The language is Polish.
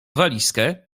walizkę